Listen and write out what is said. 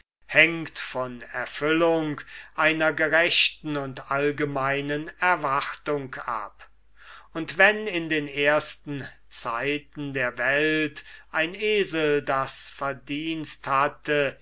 hängt von erfüllung einer gerechten und allgemeinen erwartung ab und wenn in den ersten zeiten der welt ein esel das verdienst hatte